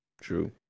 True